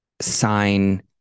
sign